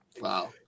wow